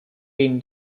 been